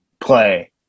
play